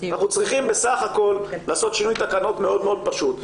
אנחנו צריכים בסך הכול לעשות שינוי תקנות מאוד מאוד פשוט.